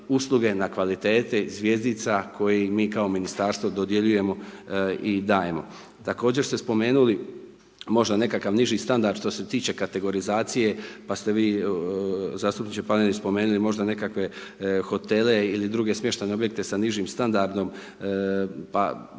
na kvaliteti zvjezdica koje im mi kao ministarstvo dodjeljujemo i dajemo. Također ste spomenuli možda nekakav niži standard što se tiče kategorizacije pa ste vi zastupniče Panenić spomenuli možda hotele ili druge smještajne objekte sa nižim standardom pa